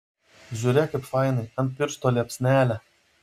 žiūrėk kaip fainai ant piršto liepsnelė